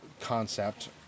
concept